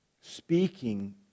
speaking